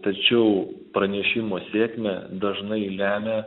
tačiau pranešimo sėkmę dažnai lemia